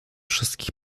wszystkich